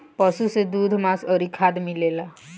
पशु से दूध, मांस अउरी खाद मिलेला